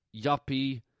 yuppie